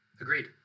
Agreed